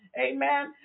Amen